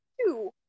two